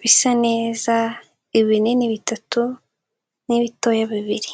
bisa neza, ibinini bitatu n'ibitoya bibiri.